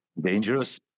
dangerous